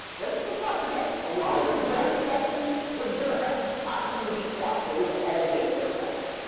let's and let's not forget. a lot of voter suppression was democrats. i'm from the deep south. it was always democrats.